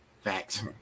Facts